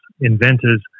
inventors